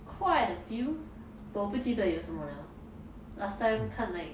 quite a few but 我不记得有什么了 last time 看 like